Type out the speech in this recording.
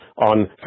on